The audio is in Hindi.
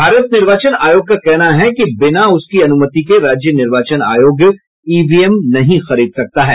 भारत निर्वाचन आयोग का कहना है कि बिना उसकी अनुमति के राज्य निर्वाचन आयोग ईवीएम नहीं खरीद सकता है